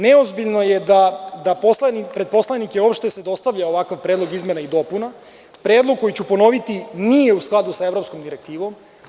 Neozbiljno je da se pred poslanike uopšte dostavlja ovakav predlog izmena i dopuna, predlog koji, ponoviću, nije u skladu sa evropskom direktivom.